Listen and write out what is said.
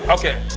ok.